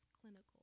clinical